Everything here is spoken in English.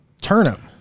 Turnip